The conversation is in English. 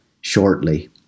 shortly